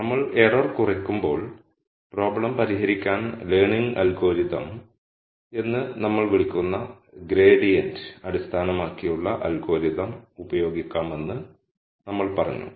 നമ്മൾ എറർ കുറയ്ക്കുമ്പോൾ പ്രോബ്ലം പരിഹരിക്കാൻ ലേണിംഗ് അൽഗോരിതം learning algorithm എന്ന് നമ്മൾ വിളിക്കുന്ന ഗ്രേഡിയന്റ് അടിസ്ഥാനമാക്കിയുള്ള അൽഗോരിതം ഉപയോഗിക്കാമെന്ന് നമ്മൾ പറഞ്ഞു